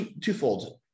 twofold